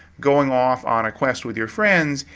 going off on a quest with your friends,